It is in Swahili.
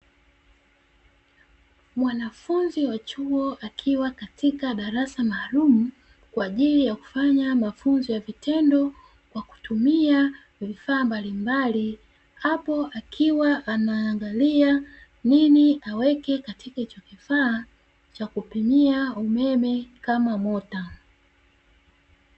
Mwanafunzi wa chuo akiwa katika darasa maalumu kwa ajili ya kufanya mafunzo kwa vitendokwa kutumia vifaaa mbalimbali. Hapo akiwa ana angalia nini aweke katika hicho kifaa cha kupimia umeme kama mota.